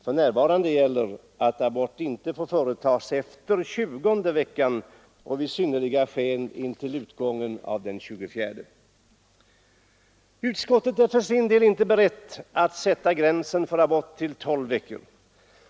För närvarande gäller att abort inte får företagas efter tjugonde veckan och vid synnerliga skäl intill utgången av tjugofjärde veckan. Utskottet är för sin del inte berett att sätta gränsen för abort till tolv veckor.